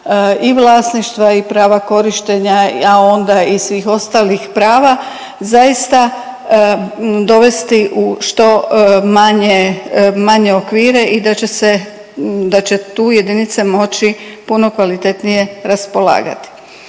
i vlasništva i prava korištenja, a onda i svih ostalih prava zaista dovesti u što manje, manje okvire i da će se, da će tu jedinice moći puno kvalitetnije raspolagati.